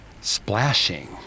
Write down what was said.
Splashing